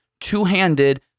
two-handed